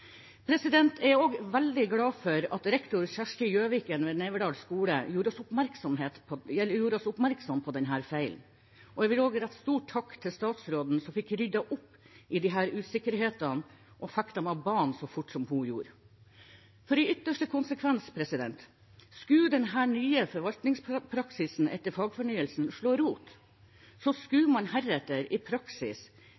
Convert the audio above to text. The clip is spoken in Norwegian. Jeg er veldig glad for at rektor Kjersti Gjøviken ved Neverdal skole gjorde oss oppmerksom på denne feilen, og jeg vil også rette stor takk til statsråden som fikk ryddet opp i disse usikkerhetene og fikk dem av banen så fort som hun gjorde. For i ytterste konsekvens: Skulle denne nye forvaltningspraksisen, etter fagfornyelsen, slå rot,